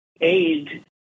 aid